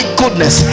goodness